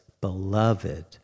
beloved